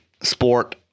Sport